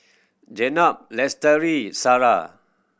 Jenab Lestari Sarah